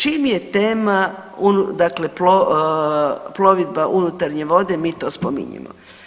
Čim je tema un…dakle plovidba unutarnje vode mi to spominjemo.